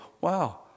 Wow